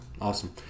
Awesome